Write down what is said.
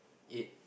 eight